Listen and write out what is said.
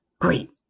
Great